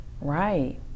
Right